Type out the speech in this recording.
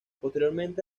posteriormente